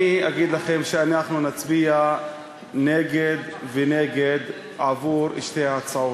אני אגיד לכם שאנחנו נצביע נגד, ונגד שתי ההצעות.